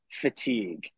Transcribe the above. fatigue